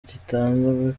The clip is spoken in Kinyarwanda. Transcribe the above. gitanzwe